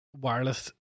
wireless